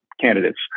candidates